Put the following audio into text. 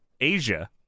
Asia